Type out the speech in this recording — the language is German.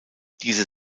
diese